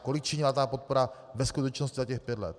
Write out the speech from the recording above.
Kolik činila ta podpora ve skutečnosti za těch pět let?